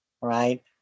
right